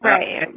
Right